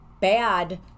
bad